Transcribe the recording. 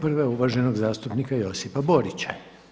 Prva je uvaženog zastupnika Josipa Borića.